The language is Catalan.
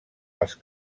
els